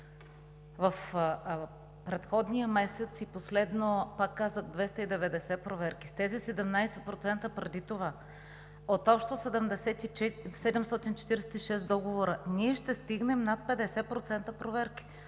в предходния месец и последно – пак казах, 290 проверки, с тези 17% преди това, от общо 746 договора, ние ще стигнем над 50% от проверките,